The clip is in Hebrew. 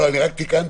אני רק תיקנתי.